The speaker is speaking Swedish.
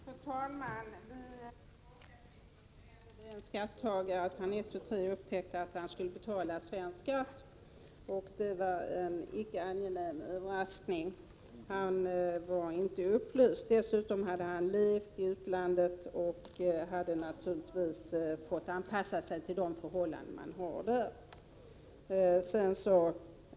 Fru talman! Det finns exempel på en skattebetalare som flyttade in i slutet av december och som ett tu tre upptäckte att han skulle betala svensk skatt. Det var ingen angenäm överraskning. Han var inte upplyst om detta, och dessutom hade han levt i utlandet och naturligtvis fått anpassa sig till de förhållanden som råder där.